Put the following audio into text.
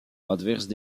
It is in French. adverse